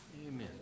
Amen